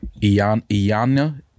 Iyana